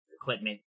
equipment